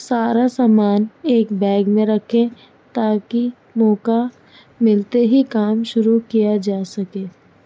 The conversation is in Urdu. سارا سامان ایک بیگ میں رکھیں تاکہ موقع ملتے ہی کام شروع کیا جا سکے